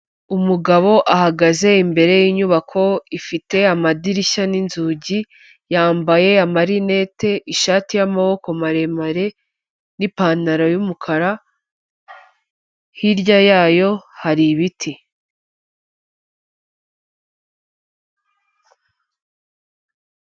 Umugabo ahagaze imbere y'inyubako ifite amadirishya n'inzugi, yambaye amarinete, ishati y'amaboko maremare n'ipantaro y'umukara, hirya yayo hari ibiti.